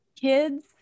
kids